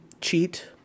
cheat